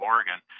Oregon